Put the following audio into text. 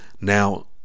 now